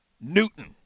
Newton